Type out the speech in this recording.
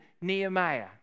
Nehemiah